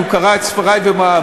אם הוא קרא את ספרי ומאמרי,